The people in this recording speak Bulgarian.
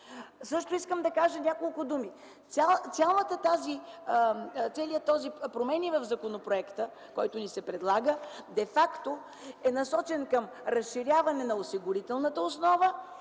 Искам да кажа няколко думи. Промените в законопроекта, които ни се предлагат, де факто са насочени към разширяване на осигурителната основа